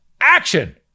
action